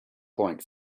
point